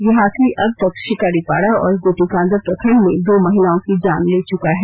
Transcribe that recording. यह हाथी अब तक शिकारीपाड़ा और गोपीकांदर प्रखंड में दो महिलाओं की जान ले चुका है